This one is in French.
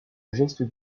geste